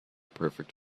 perfect